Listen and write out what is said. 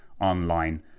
online